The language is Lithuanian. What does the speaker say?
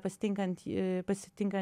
pasitinkant pasitinka